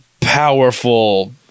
powerful